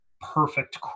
perfect